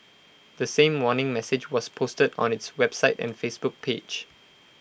the same warning message was posted on its website and Facebook page